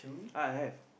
uh I have